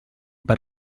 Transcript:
per